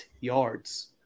yards